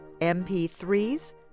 MP3s